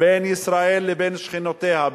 בין ישראל לבין שכנותיה,